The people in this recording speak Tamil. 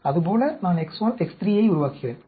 அது போல நான் X1 X3 ஐ உருவாக்குகிறேன்